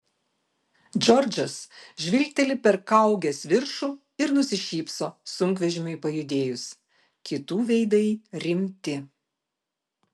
džordžas žvilgteli per kaugės viršų ir nusišypso sunkvežimiui pajudėjus kitų veidai rimti